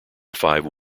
five